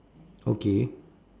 okay